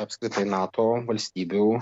apskritai nato valstybių